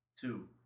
two